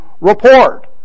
report